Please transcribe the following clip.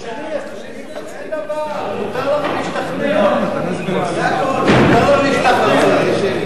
חשיפת פרטי מעוול), התשע"א 2010,